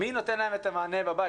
מי נותן להם את המענה בבית.